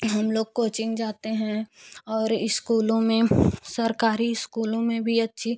हम लोग कोचिंग जाते हैं और जैसे स्कूलों में सरकारी स्कूलों में भी अच्छी